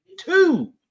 two